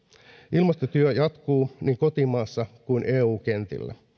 ilmastotyö jatkuu niin kotimaassa kuin eu kentillä